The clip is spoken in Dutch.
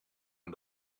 aan